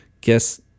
guess